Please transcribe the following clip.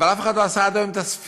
אבל אף אחד לא עשה עד היום את הספירה.